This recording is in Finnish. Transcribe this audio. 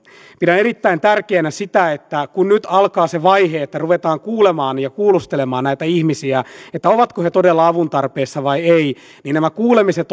pidän erittäin tärkeänä sitä että kun nyt alkaa se vaihe että ruvetaan kuulemaan ja kuulustelemaan näitä ihmisiä ovatko he todella avun tarpeessa vai eivät niin nämä kuulemiset